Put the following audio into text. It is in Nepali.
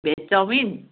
veg chowmein